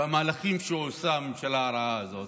והמהלכים שעושה הממשלה הרעה הזאת,